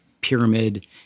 pyramid